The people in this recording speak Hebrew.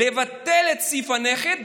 לבטל את סעיף הנכד,